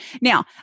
now